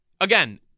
again